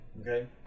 Okay